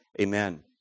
Amen